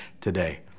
today